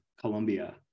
Colombia